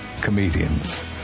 comedians